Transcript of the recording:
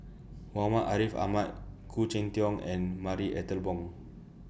Muhammad Ariff Ahmad Khoo Cheng Tiong and Marie Ethel Bong